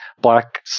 black